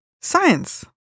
Science